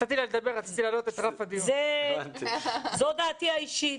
זאת דעתי האישית.